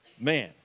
man